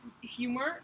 humor